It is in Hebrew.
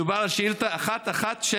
מדובר על שאילתה 1176,